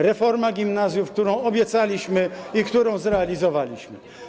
Reforma gimnazjów, którą obiecaliśmy i którą zrealizowaliśmy.